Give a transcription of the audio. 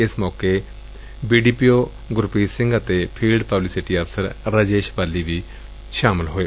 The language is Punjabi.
ਇਸ ਮੌਕੇ B D P O Gurpreet Singh ਤੇ ਫੀਲਡ ਪਬਲਸਿਟੀ ਅਫਸਰ ਰਜੇਸ਼ ਬਾਲੀ ਵੀ ਮੌਜੁਦ ਸਨ